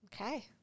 Okay